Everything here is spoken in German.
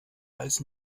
als